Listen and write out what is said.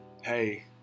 hey